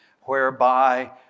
whereby